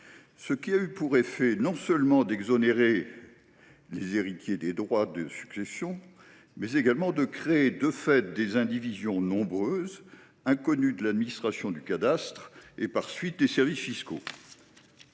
ce qui a eu pour effet non seulement d’exonérer ceux ci des droits de succession, mais également de créer de nombreuses indivisions, inconnues de l’administration du cadastre et, par suite, des services fiscaux.